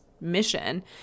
mission